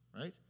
right